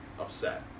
upset